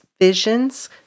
Visions